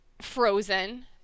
frozen